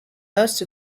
most